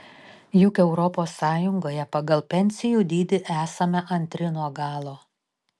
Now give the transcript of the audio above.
juk europos sąjungoje pagal pensijų dydį esame antri nuo galo